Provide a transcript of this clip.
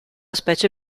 specie